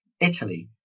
Italy